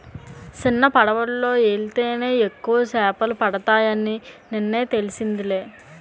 సిన్నపడవలో యెల్తేనే ఎక్కువ సేపలు పడతాయని నిన్నే తెలిసిందిలే